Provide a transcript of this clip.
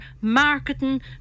Marketing